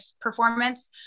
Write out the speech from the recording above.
performance